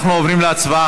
אנחנו עוברים להצבעה.